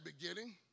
beginning